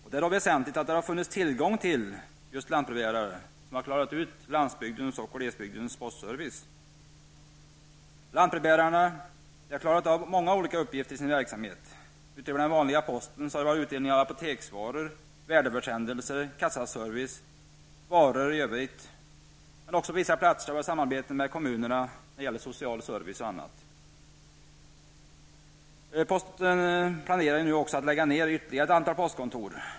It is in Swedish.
Det har varit väsentligt att det har funnits tillgång till just lantbrevbärare, som har klarat landsbygdens och glesbygdens postservice. Lantbrevbärarna har klarat av många olika uppgifter i sin verksamhet. Utöver den vanliga postutdelningen har det varit fråga om utdelning av apoteksvaror, värdeförsändelser, kassaservice och varor i övrigt. På vissa platser har det också förekommit samarbete med kommunerna som gällt den sociala servicen m.m. Posten planerar nu också att lägga ned ytterligare ett antal postkontor.